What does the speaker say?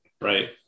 right